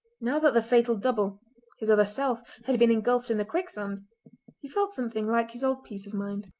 now that the fatal double his other self had been engulfed in the quicksand he felt something like his old peace of mind.